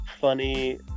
funny